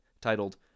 titled